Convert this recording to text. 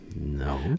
No